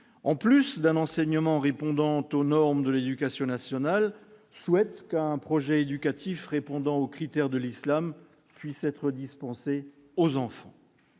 en plus d'un enseignement répondant aux normes de l'éducation nationale, souhaitaient qu'un projet éducatif répondant aux critères de l'islam soit dispensé à leurs enfants.